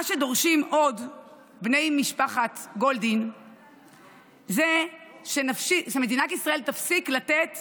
מה שדורשים עוד בני משפחת גולדין זה שמדינת ישראל תפסיק לתת